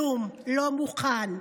כלום, לא מוכן.